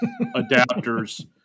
adapters